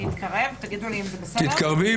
עם עמיתים נוספים מאיגוד האינטרנט הישראלי